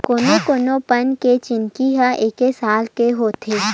कोनो कोनो बन के जिनगी ह एके साल के होथे